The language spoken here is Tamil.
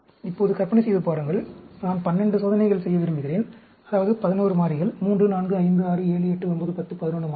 இப்போது கற்பனை செய்து பாருங்கள் நான் 12 சோதனைகள் செய்ய விரும்புகிறேன் அதாவது 11 மாறிகள் 3 4 5 6 7 8 9 10 11 மாறிகள்